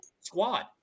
squad